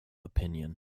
opinion